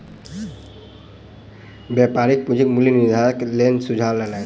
व्यापारी पूंजीक मूल्य निर्धारणक लेल सुझाव लेलैन